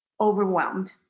overwhelmed